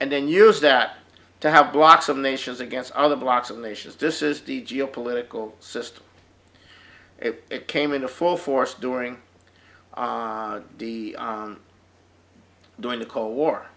and then use that to have blocks of nations against other blocks of nations this is the geo political system it came into full force during the during the cold war